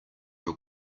your